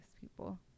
people